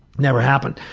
never happened.